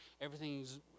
everything's